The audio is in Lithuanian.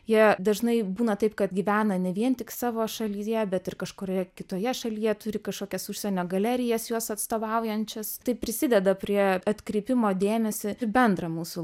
jie dažnai būna taip kad gyvena ne vien tik savo šalyje bet ir kažkurioje kitoje šalyje turi kažkokias užsienio galerijas juos atstovaujančias tai prisideda prie atkreipimo dėmesį į bendrą mūsų